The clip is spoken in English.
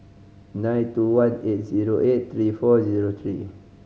nine two one eight zero eight three four zero three